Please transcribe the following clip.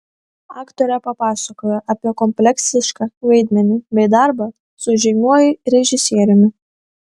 aktorė papasakojo apie kompleksišką vaidmenį bei darbą su žymiuoju režisieriumi